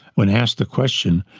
when asked the question,